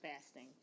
fasting